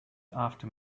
after